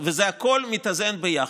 וזה הכול מתאזן ביחד.